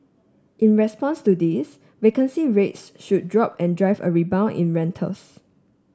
in response to this vacancy rates should drop and drive a rebound in rentals